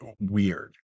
weird